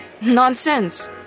Nonsense